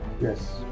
yes